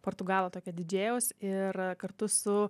portugalo tokio didžėjaus ir kartu su